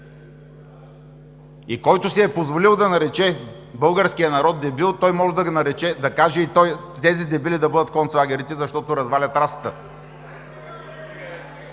И който си е позволил да нарече българския народ „дебил“, той може да каже: „Тези дебили да бъдат в концлагерите, защото развалят расата.“